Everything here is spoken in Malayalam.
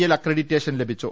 എൽ അക്ര ഡിറ്റേഷൻ ലഭിച്ചു